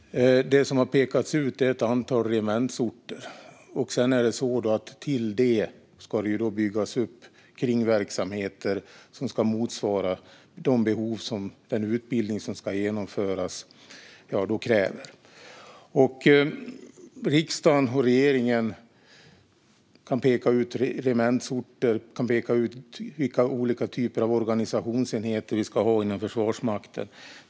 Ett antal regementsorter har pekats ut. Därtill ska det byggas upp kringverksamheter som ska motsvara behoven för den utbildning som ska genomföras. Riksdagen och regeringen kan peka ut regementsorter och vilka olika typer av organisationsenheter vi ska ha inom Försvarsmakten.